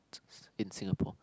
in Singapore